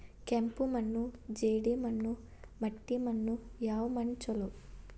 ಕೆಂಪು ಮಣ್ಣು, ಜೇಡಿ ಮಣ್ಣು, ಮಟ್ಟಿ ಮಣ್ಣ ಯಾವ ಮಣ್ಣ ಛಲೋ?